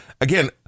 Again